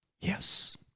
Yes